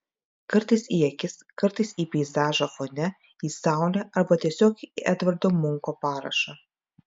kartais į akis kartais į peizažą fone į saulę arba tiesiog į edvardo munko parašą